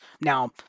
Now